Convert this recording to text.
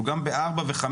הוא גם ב-4 ו-5,